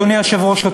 אדוני היושב-ראש,